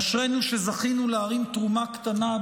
אשרינו שזכינו להרים תרומה קטנה,